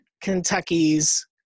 kentucky's